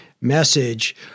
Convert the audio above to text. message